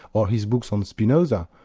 or his books on spinoza,